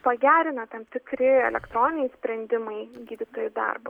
pagerina tam tikri elektroniniai sprendimai gydytojų darbą